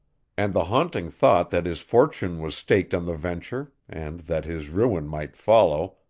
and the haunting thought that his fortune was staked on the venture, and that his ruin might follow,